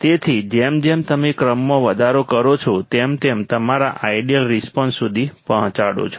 તેથી જેમ જેમ તમે ક્રમમાં વધારો કરો છો તેમ તમે તમારા આઇડીઅલ રિસ્પોન્સ સુધી પહોંચાડો છો